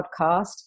podcast